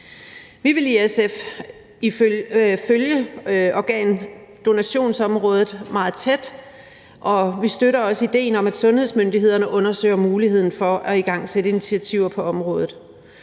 Vi vil i SF følge organdonationsområdet meget tæt, og vi støtter også idéen om, at sundhedsmyndighederne undersøger muligheden for at igangsætte initiativer på området.